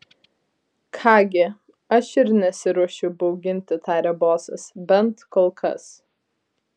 ką gi aš ir nesiruošiu bauginti tarė bosas bent kol kas